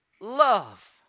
love